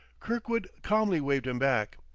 kirkwood calmly waved him back.